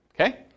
Okay